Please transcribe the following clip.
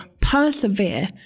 persevere